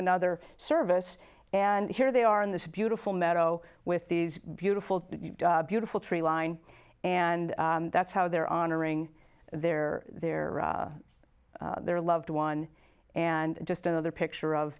another service and here they are in this beautiful meadow with these beautiful beautiful tree line and that's how they're honoring their their their loved one and just another picture of